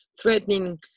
threatening